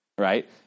Right